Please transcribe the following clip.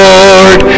Lord